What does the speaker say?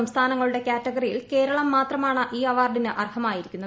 സംസ്ഥാനങ്ങളുടെ കാറ്റഗറിയിൽ കേരളം മാത്രമാണ് ഈ അവാർഡിന് അർഹമായിരിക്കുന്നത്